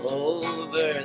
over